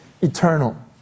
eternal